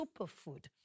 superfood